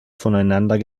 voneinander